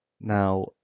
Now